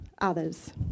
others